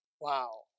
Wow